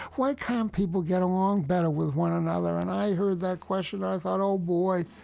why can't people get along better with one another? and i heard that question, i thought, oh, boy,